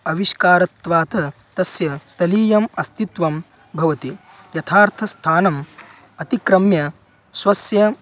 आविष्कारत्वात् तस्य स्थलीयम् अस्तित्वं भवति यथार्थस्थानम् अतिक्रम्य स्वस्य